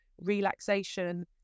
relaxation